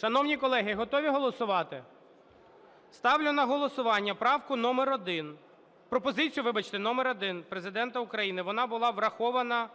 Шановні колеги, готові голосувати? Ставлю на голосування правку номер один, пропозицію, вибачте, номер один Президента України. Вона була врахована